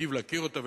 מיטיב להכיר אותה.